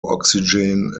oxygen